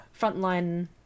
Frontline